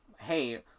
hey